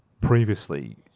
previously